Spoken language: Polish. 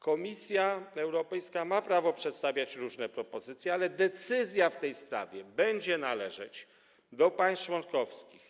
Komisja Europejska ma prawo przedstawiać różne propozycje, ale decyzja w tej sprawie będzie należeć do państw członkowskich.